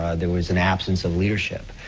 ah there was an absence of leadership.